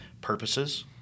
purposes